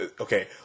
okay